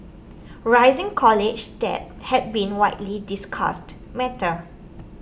rising college debt has been widely discussed matter